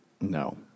No